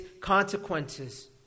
consequences